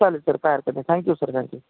चालेल सर काय हरकत नाही thank you sir thank you